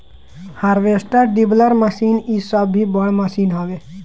harvester, dibbler machine इ सब भी बड़ मशीन हवे